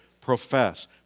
profess